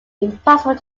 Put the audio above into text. impossible